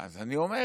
אז אני אומר